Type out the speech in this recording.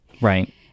Right